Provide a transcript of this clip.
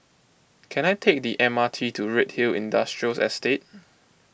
can I take the M R T to Redhill Industrial Estate